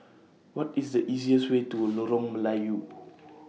What IS The easiest Way to Lorong Melayu